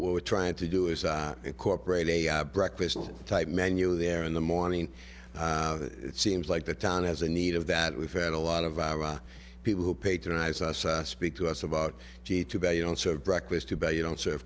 what we're trying to do is incorporate a breakfast type menu there in the morning it seems like the town has a need of that we've had a lot of iraq people who patronize us speak to us about g two but you don't serve breakfast to buy you don't serve